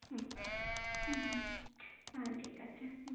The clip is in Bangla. হুম হুম হুম হ্যাঁ ঠিক আছে হুম